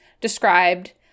described